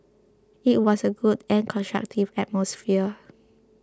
it was a good and constructive atmosphere